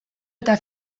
eta